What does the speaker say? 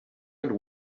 and